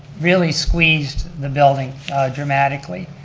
really squeezed the building dramatically.